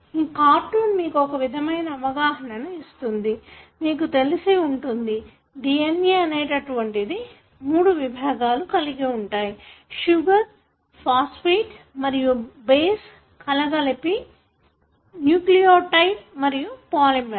ఈ కార్టూన్ మీకు ఒక విధమైన అవగాహనను ఇస్తుంది మీకు తెలిసి ఉంటుంది DNA అనునటువంటిది మూడు విభాగాలు కలిగి ఉంటాయి షుగర్ ఫాస్ఫేట్ మరియు బేస్ కలగలిపి న్యూక్లియోటైడ్ మరియు పాలిమర్